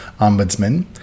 Ombudsman